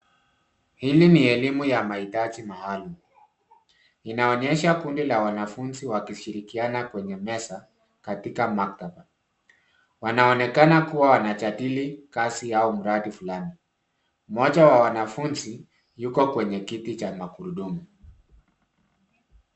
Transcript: Hili ni elimu ya maitaji maalum. Inaonyesha kundi la wanafunzi wakishirikiana kwenye meza katika maktaba. Wanaonekana kuwa wanajadili kazi yao mradi fulani. Mmoja wa wanafunzi yuko kwenye kiti cha magurudumu.